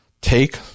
take